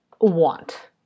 want